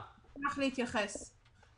אשמח להתייחס.